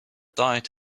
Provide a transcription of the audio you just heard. diet